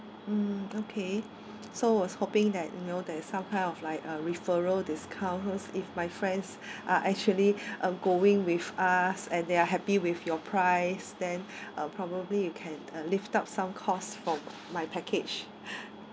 mm okay so I was hoping that you know there's some kind of like a referral discounts cause if my friends are actually uh going with us and they are happy with your price then uh probably you can lift up some costs from my package